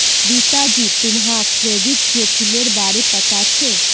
रीता जी, तुम्हाक क्रेडिट जोखिमेर बारे पता छे?